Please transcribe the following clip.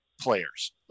players